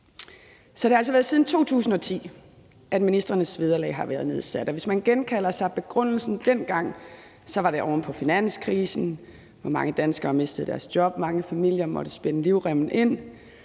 det er altså siden 2010, at ministrenes vederlag har været nedsat, og hvis man genkalder sig, hvad baggrunden for det var, så var det oven på finanskrisen, hvor mange danskere mistede deres job og mange familier måtte spænde livremmen ind.